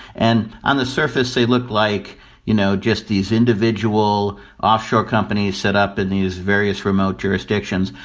and on the surface they looked like you know just these individual offshore companies set up in these various remote jurisdictions,